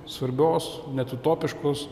svarbios net utopiškos